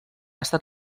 estat